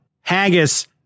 Haggis